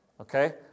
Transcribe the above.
okay